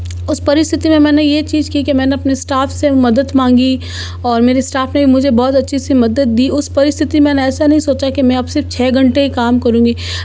उस परिस्थिति में मैंने ये चीज़ की कि मैंने अपने स्टाफ़ से मदद मांगी और मेरी स्टाफ़ ने भी मुझे बहुत अच्छे से मदद दी उस परिस्थिति में मैंने ऐसा नहीं सोचा कि मैं अब सिर्फ़ छ घंटे ही काम करूँगी